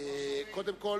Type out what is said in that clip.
קודם כול,